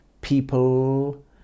people